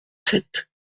sept